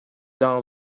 dang